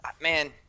Man